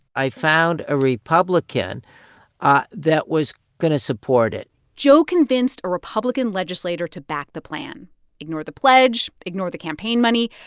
i found a republican ah that was going to support it joe convinced a republican legislator to back the plan ignore the pledge, ignore the campaign money.